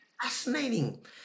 Fascinating